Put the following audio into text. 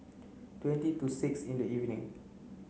twenty to six in the evening